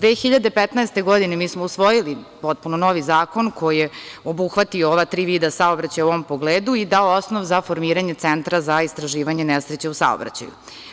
Godine 2015. usvojili smo potpuno novi zakon koji je obuhvatio ova tri vida saobraćaja u ovom pogledu i dao osnov za formiranje Centra za istraživanje nesreća u saobraćaju.